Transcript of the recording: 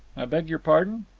i beg your pardon?